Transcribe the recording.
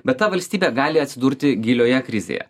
bet ta valstybė gali atsidurti gilioje krizėje